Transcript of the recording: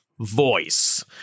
voice